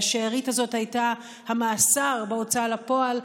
והשארית הזאת הייתה המאסר בהוצאה לפועל,